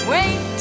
Wait